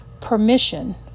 permission